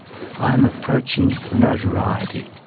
i am approaching notoriety.